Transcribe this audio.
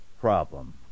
problem